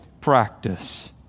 practice